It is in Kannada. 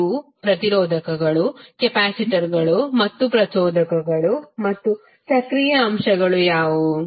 ಇವು ಪ್ರತಿರೋಧಕಗಳುresistors ಕೆಪಾಸಿಟರ್ಗಳು ಮತ್ತು ಪ್ರಚೋದಕಗಳು ಮತ್ತು ಸಕ್ರಿಯ ಅಂಶಗಳು ಯಾವುವು